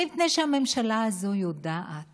מפני שהממשלה הזאת יודעת